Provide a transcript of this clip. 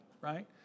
Right